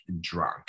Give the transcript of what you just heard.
drunk